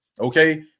Okay